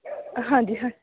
ਹਾਂਜੀ ਹਾਂ